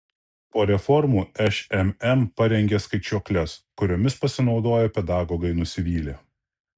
po reformų šmm parengė skaičiuokles kuriomis pasinaudoję pedagogai nusivylė